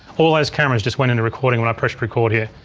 all those cameras just went into recording when i press record here.